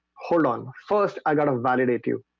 hold on first. i gotta validate you